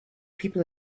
people